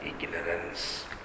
ignorance